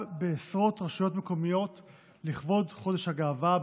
בעשרות רשויות מקומיות לכבוד חודש הגאווה,